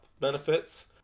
benefits